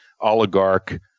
oligarch